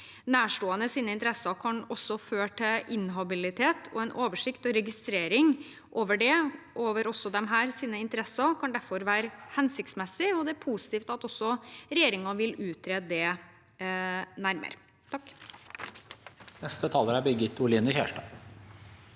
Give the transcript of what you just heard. Nærståendes interesser kan også føre til inhabilitet, og en oversikt over og registrering av disses interesser kan derfor være hensiktsmessig, og det er positivt at regjeringen vil utrede dette nærmere.